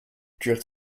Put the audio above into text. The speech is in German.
kurt